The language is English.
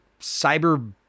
cyber